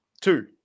Two